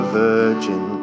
virgin